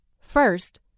First